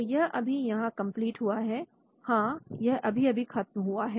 तो यह अभी यहां पूरा हुआ है हां यह अभी अभी खत्म हुआ है